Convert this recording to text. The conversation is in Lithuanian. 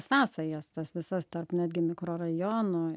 sąsajas tas visas tarp netgi mikrorajonų